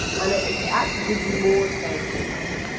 and it actually gives you more space to think.